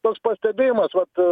toks pastebėjimas vat